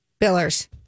billers